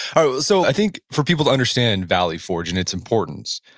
so so i think for people to understand valley forge and its importance,